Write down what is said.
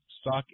stock